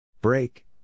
Break